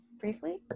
briefly